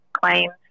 claims